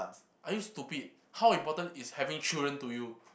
are you stupid how important is having children to you